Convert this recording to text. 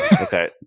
Okay